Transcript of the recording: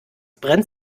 brennt